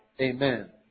Amen